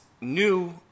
new